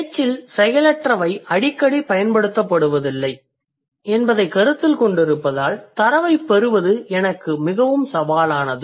பேச்சில் செயலற்றவை அடிக்கடி பயன்படுத்தப்படுவதில்லை என்பதைக் கருத்தில் கொண்டிருப்பதால் தரவைப் பெறுவது எனக்கு மிகவும் சவாலானது